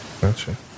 Gotcha